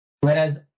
whereas